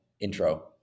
intro